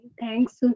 thanks